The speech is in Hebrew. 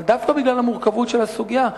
אבל דווקא בגלל המורכבות של הסוגיה,